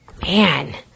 man